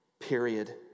Period